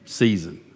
season